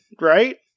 right